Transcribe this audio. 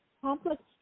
complex